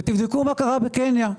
ותבדקו מה קרה שם.